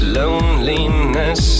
loneliness